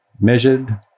measured